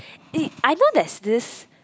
eh I know there's this